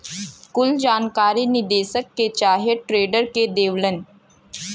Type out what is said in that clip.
कुल जानकारी निदेशक के चाहे ट्रेडर के देवलन